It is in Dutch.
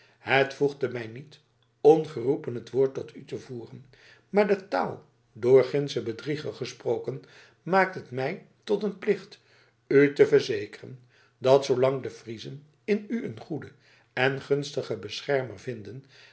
het voegde mij niet ongeroepen het woord tot u te voeren maar de taal door gindschen bedrieger gesproken maakt het mij tot een plicht u te verzekeren dat zoolang de friezen in u een goeden en gunstigen beschermer vinden